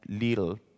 little